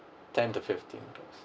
ten to fifteen days